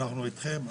אנחנו אתכם,